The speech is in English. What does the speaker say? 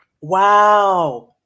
wow